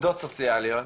עובדות סוציאליות,